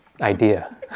idea